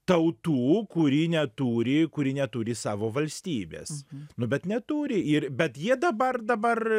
tautų kuri neturi kuri neturi savo valstybės nu bet neturi ir bet jie dabar dabar